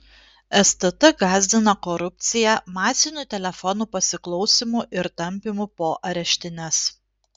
stt gąsdina korupcija masiniu telefonų pasiklausymu ir tampymu po areštines